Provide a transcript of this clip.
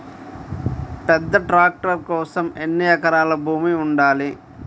పెద్ద ట్రాక్టర్ కోసం ఎన్ని ఎకరాల భూమి ఉండాలి?